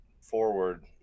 forward